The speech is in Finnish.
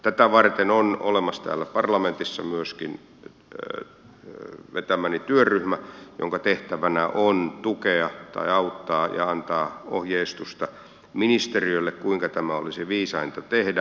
tätä varten on olemassa täällä parlamentissa myöskin vetämäni työryhmä jonka tehtävänä on tukea tai auttaa ja antaa ohjeistusta ministeriölle kuinka tämä olisi viisainta tehdä